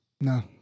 No